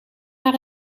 naar